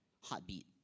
heartbeat